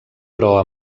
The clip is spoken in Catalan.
però